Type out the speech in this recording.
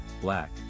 black